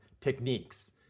techniques